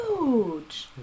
huge